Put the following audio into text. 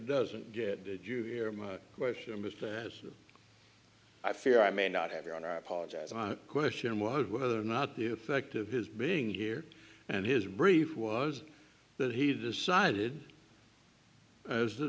doesn't get did you hear my question was that i fear i may not have you on i apologize my question was whether or not the the fact of his being here and his brief was that he decided as the